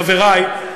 חברי,